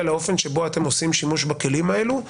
לאופן שבו אתם עושים שימוש בכלים האלה.